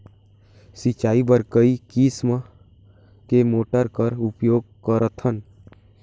सिंचाई बर कई किसम के मोटर कर उपयोग करथन?